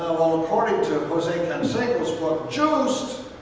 according to jose canseco's book juiced,